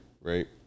right